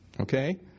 okay